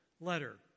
letter